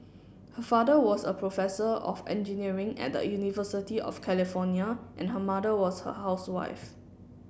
her father was a professor of engineering at the University of California and her mother was a housewife